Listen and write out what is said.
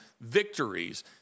victories